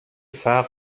فرق